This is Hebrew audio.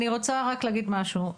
אני רוצה רק להגיד משהו.